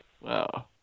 Wow